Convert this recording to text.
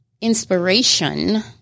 inspiration